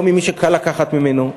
לא ממי שקל לקחת ממנו.